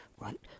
Right